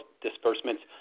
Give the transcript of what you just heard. disbursements